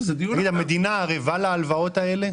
תגיד, המדינה ערבה להלוואות האלה?